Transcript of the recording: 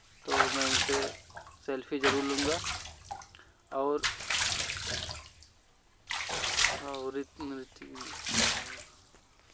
तो मैं उनसे सेल्फी ज़रूर लूँगा और हाँ और एक